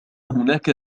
هناك